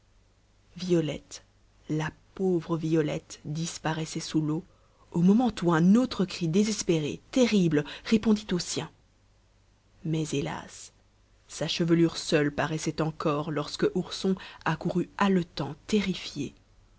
violette la pauvre violette disparaissait sous l'eau au moment où un autre cri désespéré terrible répondit aux siens mais hélas sa chevelure seule paraissait encore lorsque ourson accourut haletant terrifié